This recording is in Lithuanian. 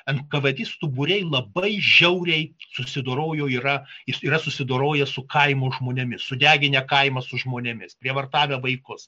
enkavedistų būriai labai žiauriai susidorojo yra jis yra susidoroja su kaimo žmonėmis sudeginę kaimą su žmonėmis prievartavę vaikus